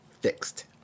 fixed